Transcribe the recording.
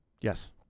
yes